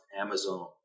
Amazon